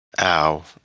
ow